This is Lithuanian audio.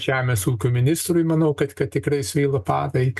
žemės ūkio ministrui manau kad kad tikrai svyla padai